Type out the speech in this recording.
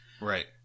Right